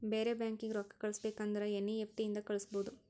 ಬೇರೆ ಬ್ಯಾಂಕೀಗಿ ರೊಕ್ಕಾ ಕಳಸ್ಬೇಕ್ ಅಂದುರ್ ಎನ್ ಈ ಎಫ್ ಟಿ ಇಂದ ಕಳುಸ್ಬೋದು